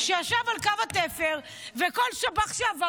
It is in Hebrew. שישב על קו התפר וכל שב"ח שעבר,